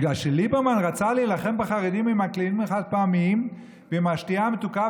בגלל שליברמן רצה להילחם בחרדים עם הכלים החד-פעמיים ועם השתייה המתוקה,